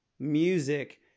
music